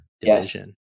division